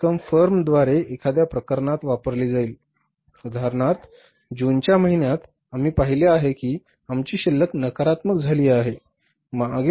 ही रक्कम फर्मद्वारे एखाद्या प्रकरणात वापरली जाईल उदाहरणार्थ जूनच्या महिन्यात आम्ही पाहिले आहे की आमची शिल्लक नकारात्मक झाली आहे